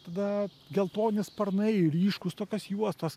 tada geltoni sparnai ryškūs tokios juostos